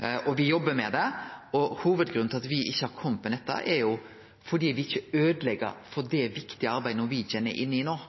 Me jobbar med det. Hovudgrunnen til at me ikkje har kome med dette, er at me ikkje vil øydeleggje for det viktige arbeidet Norwegian er inne i no.